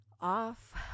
off